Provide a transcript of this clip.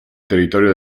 territorio